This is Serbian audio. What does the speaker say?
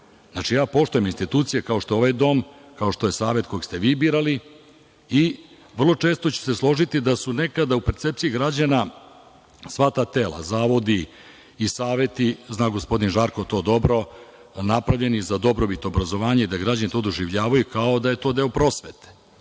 itd. Znači, poštujem institucije kao što je ovaj dom, kao što je Savet koji ste vi birali i vrlo često ćete se složiti da su nekada u percepciji građana sva ta tela, zavodi i saveti, zna gospodin Žarko to dobro, napravljeni za dobrobit obrazovanja i da građani to doživljavaju kao da je to deo prosvete. Vrlo